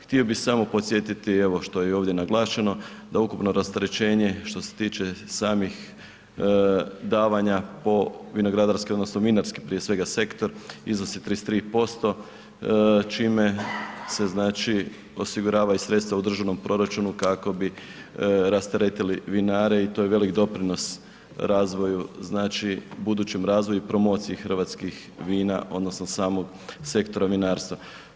Htio bi samo podsjetiti, evo što je i ovdje naglašeno, da ukupno rasterećenje što se tiče samih davanja po vinogradarski odnosno vinarski prije svega sektor iznosi 33%, čime se, znači, osiguravaju sredstva u državnom proračunu kako bi rasteretili vinare i to je velik doprinos razvoju, znači, budućem razvoju i promociji hrvatskih vina odnosno samog sektora vinarstva.